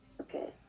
Okay